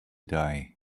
die